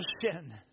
sin